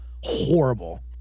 Horrible